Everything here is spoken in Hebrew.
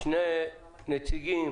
שני נציגים